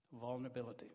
vulnerability